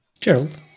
Gerald